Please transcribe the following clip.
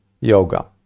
yoga